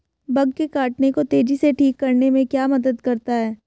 Bug के काटने को तेजी से ठीक करने में क्या मदद करता है?